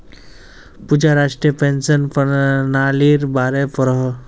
पूजा राष्ट्रीय पेंशन पर्नालिर बारे पढ़ोह